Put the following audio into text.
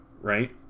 right